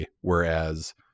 whereas